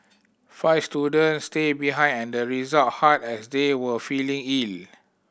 five students stayed behind at the rest hut as they were feeling ill